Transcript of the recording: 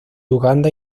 uganda